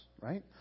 right